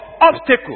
obstacle